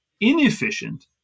inefficient